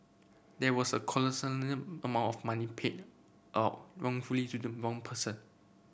there was a amount of money paid out wrongfully to the wrong person